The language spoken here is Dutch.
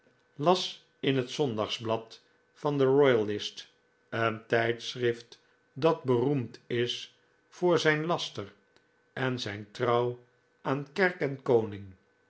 las in het zondagsblad van de royalist een tijdschrift dat beroemd is voor zijn laster en zijn trouw aan kerk en koning